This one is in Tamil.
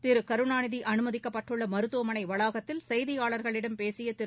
திருகருணாநிதிஅனுமதிக்கப்பட்டுள்ளமருத்துவமனைவளாகத்தில் செய்தியாளர்களிடம் பேசியதிரு